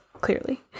clearly